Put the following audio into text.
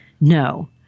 no